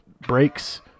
breaks